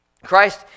Christ